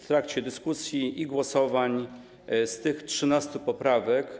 W trakcie dyskusji i głosowań tych 13 poprawek.